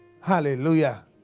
Hallelujah